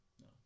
No